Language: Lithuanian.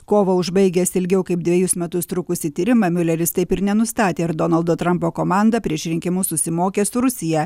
kovą užbaigęs ilgiau kaip dvejus metus trukusį tyrimą miuleris taip ir nenustatė ar donaldo trampo komanda prieš rinkimus susimokė su rusija